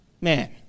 Man